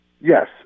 Yes